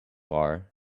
are